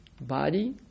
Body